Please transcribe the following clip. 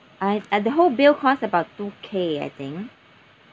I've uh the whole bill cost about two K I think